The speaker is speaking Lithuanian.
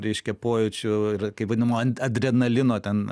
reiškia pojūčių ir kaip vadinamo adrenalino ten